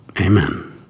Amen